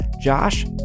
Josh